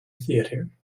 theater